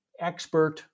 expert